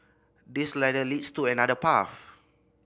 this ladder leads to another path